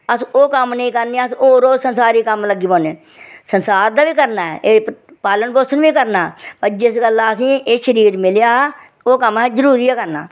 अस ओह् कम्म नेईं करने अस होर होर संसारी कम्म लग्गी पौने संसार दा बी करना ऐ पालन पोषण बी करना पर जिस गल्ला असेंगी एह् शरीर मिलेआ ओह् कम्म अहें जरूरी गै करना